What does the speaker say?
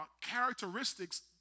Characteristics